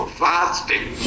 fasting